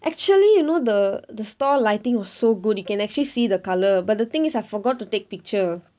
actually you know the the store lighting was so good you can actually see the colour but the thing is I forgot to take picture